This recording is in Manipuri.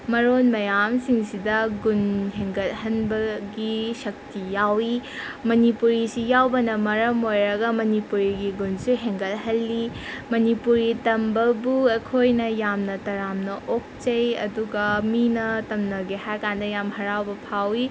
ꯃꯔꯣꯟ ꯃꯌꯥꯝꯁꯤꯡꯁꯤꯗ ꯒꯨꯟ ꯍꯦꯟꯒꯠꯍꯟꯕꯒꯤ ꯁꯛꯇꯤ ꯌꯥꯎꯋꯤ ꯃꯅꯤꯄꯨꯔꯤꯁꯤ ꯌꯥꯎꯕꯅ ꯃꯔꯝ ꯑꯣꯏꯔꯒ ꯃꯅꯤꯄꯨꯔꯤꯒꯤ ꯒꯨꯟꯁꯨ ꯍꯦꯟꯒꯠꯍꯜꯂꯤ ꯃꯅꯤꯄꯨꯔꯤ ꯇꯝꯕꯕꯨ ꯑꯩꯈꯣꯏꯅ ꯌꯥꯝꯅ ꯇꯔꯥꯝꯅ ꯑꯣꯛꯆꯩ ꯑꯗꯨꯒ ꯃꯤꯅ ꯇꯝꯅꯒꯦ ꯍꯥꯏꯔ ꯀꯥꯟꯗ ꯌꯥꯝ ꯍꯔꯥꯎꯕ ꯐꯥꯎꯋꯤ